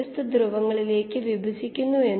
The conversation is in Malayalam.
5 ഗ്രാം ലിറ്ററിൽ ലഭിക്കും